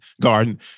Garden